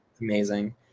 amazing